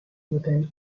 within